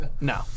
no